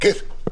כן.